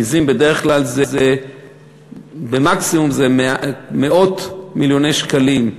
עזים בדרך כלל במקסימום זה מאות מיליוני שקלים.